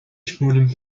spuren